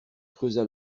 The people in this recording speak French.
creusa